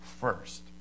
first